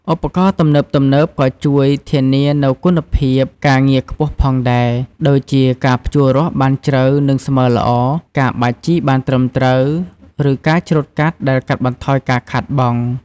ឧបករណ៍ទំនើបៗក៏ជួយធានានូវគុណភាពការងារខ្ពស់ផងដែរ ដូចជាការភ្ជួររាស់បានជ្រៅនិងស្មើល្អ ការបាចជីបានត្រឹមត្រូវ ឬការច្រូតកាត់ដែលកាត់បន្ថយការខាតបង់។